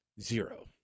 Zero